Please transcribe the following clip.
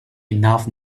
enough